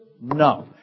No